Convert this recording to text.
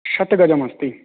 शतगजमस्ति